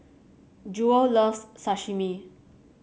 Jewell loves Sashimi